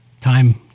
time